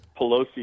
pelosi